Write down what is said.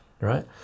right